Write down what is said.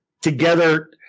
together